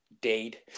date